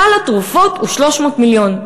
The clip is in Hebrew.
סל התרופות הוא 300 מיליון.